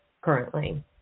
currently